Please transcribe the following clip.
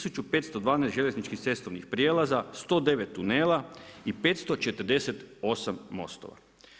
1512 željezničkih i cestovnih prijelaza, 109 tunela i 548 mostova.